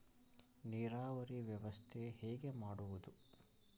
ನೀರಾವರಿ ವ್ಯವಸ್ಥೆ ಹೇಗೆ ಮಾಡುವುದು?